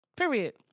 Period